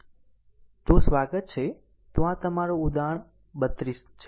તો આ તમારું ઉદાહરણ નંબર 32 છે